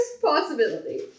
possibility